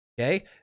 Okay